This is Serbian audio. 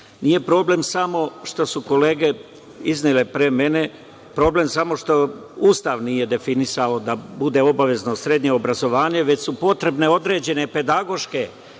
Nije problem samo što su kolege iznele pre mene, problem samo što Ustav nije definisao da bude obavezno srednje obrazovanje, već su potrebne određene pedagoške,